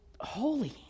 holy